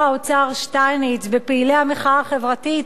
האוצר שטייניץ בפעילי המחאה החברתית,